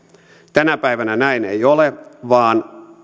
tänä päivänä näin ei ole vaan